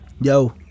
yo